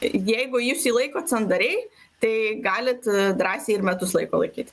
jeigu jūs jį laikot sandariai tai galit drąsiai ir metus laiko laikyti